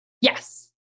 Yes